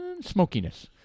smokiness